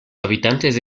habitantes